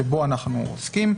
שבו אנחנו עוסקים.